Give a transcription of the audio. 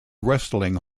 wrestling